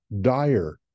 dire